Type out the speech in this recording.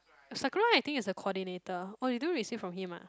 Sakurai I think is a coordinator oh you don't receive from him ah